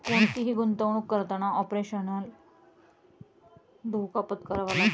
कोणतीही गुंतवणुक करताना ऑपरेशनल धोका पत्करावा लागतो